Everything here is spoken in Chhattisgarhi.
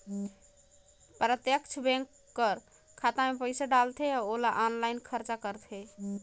प्रत्यक्छ बेंक कर खाता में पइसा डालथे अउ ओला आनलाईन खरचा करथे